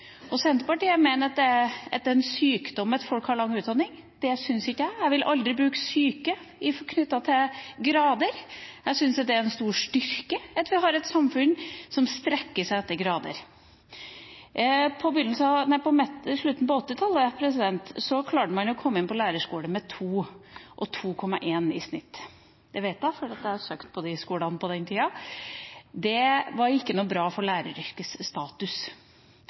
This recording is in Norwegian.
øvrig. Senterpartiet mener det er en «sykdom» at folk har lang utdanning. Det syns ikke jeg. Jeg ville aldri bruke «syke» knyttet til grader. Jeg syns det er en stor styrke at vi har et samfunn som strekker seg etter grader. På slutten av 1980-tallet klarte man å komme inn på lærerskole med 2,0 og 2,1 i snittkarakter. Det vet jeg, for jeg søkte på disse skolene på den tiden. Det var ikke noe bra for læreryrkets status.